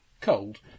cold